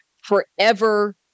forever